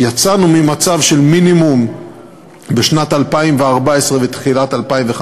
יצאנו ממצב של מינימום בשנת 2014 ותחילת 2015,